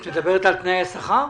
את מדברת על תנאי השכר?